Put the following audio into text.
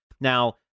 Now